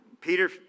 Peter